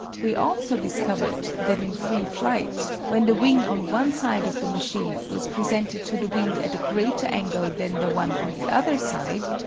we also discovered that in free flight, when the wing on one side of the machine was presented to the wind at a greater angle than the one on the other side,